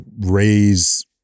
raise